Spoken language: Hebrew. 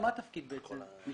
אתה